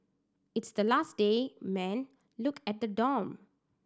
it's the last day man look at the dorm